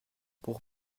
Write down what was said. pour